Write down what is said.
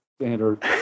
standard